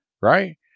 right